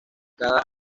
cada